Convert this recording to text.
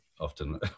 often